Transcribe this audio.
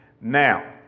Now